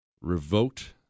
revoked